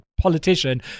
politician